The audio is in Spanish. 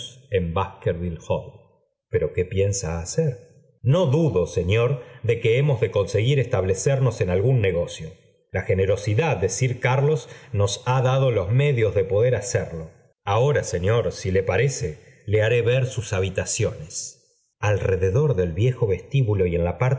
en baskerville hall pero qué piensas hacer no dudo señor de que hemos de conseguir estabecemoa en algún negocio la generosidad de sir carlos nos ha dado los medios de poder hacerlo ahora señor si le parece le haré ver sus habitaciones alrededor del viejo vestíbulo y en la